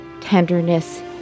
tenderness